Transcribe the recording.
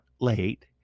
late